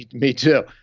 me too.